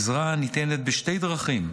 העזרה ניתנת בשתי דרכים: